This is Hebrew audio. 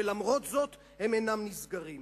ולמרות זאת הם אינם נסגרים.